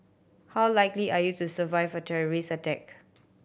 how likely are you to survive a terrorist attack